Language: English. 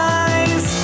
eyes